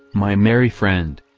my merry friend.